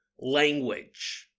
language